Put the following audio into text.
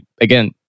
again